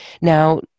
Now